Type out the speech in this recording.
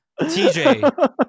TJ